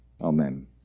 Amen